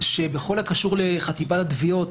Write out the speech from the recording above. שבכל הקשור לחטיבת התביעות,